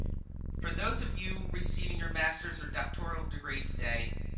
for those of you receiving your master's or doctoral degree today,